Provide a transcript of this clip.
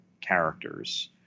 characters